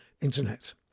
internet